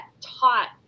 taught